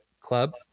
club